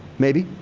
maybe?